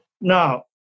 Now